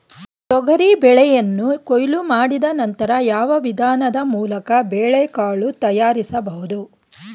ತೊಗರಿ ಬೇಳೆಯನ್ನು ಕೊಯ್ಲು ಮಾಡಿದ ನಂತರ ಯಾವ ವಿಧಾನದ ಮೂಲಕ ಬೇಳೆಕಾಳು ತಯಾರಿಸಬಹುದು?